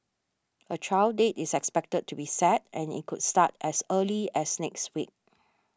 a trial date is expected to be set and it could start as early as next week